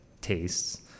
tastes